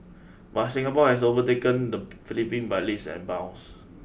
but Singapore has overtaken the Philippine by leaps and bounds